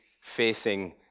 facing